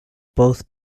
both